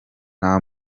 nta